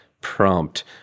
prompt